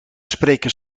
spreken